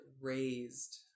Raised